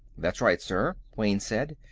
that's right, sir, wayne said.